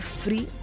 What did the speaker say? free